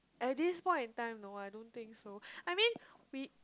at this point in time no I don't think so I mean we